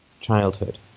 childhood